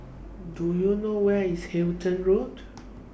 Do YOU know Where IS Halton Road